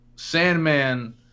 Sandman